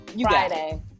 Friday